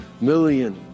million